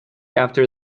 after